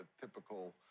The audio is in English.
typical